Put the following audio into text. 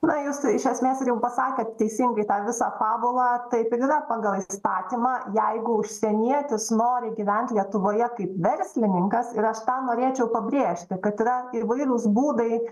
na jūs iš esmės ir jau pasakėt teisingai tą visą fabulą taip ir yra pagal įstatymą jeigu užsienietis nori gyvent lietuvoje kaip verslininkas ir aš tą norėčiau pabrėžti kad yra įvairūs būdai